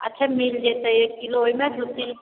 अच्छा मिलि जेतै एक किलो ओहिमे दुइ तीन